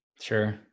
Sure